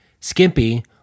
Skimpy